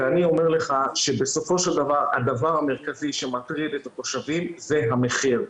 ואני אומר לך שבסופו של דבר העניין המרכזי שמטריד את התושבים זה המחיר.